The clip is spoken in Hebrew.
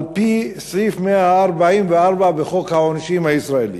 על-פי סעיף 144 בחוק העונשין הישראלי: